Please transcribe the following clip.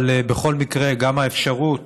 אבל בכל מקרה, גם האפשרות